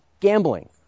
Gambling